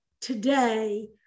today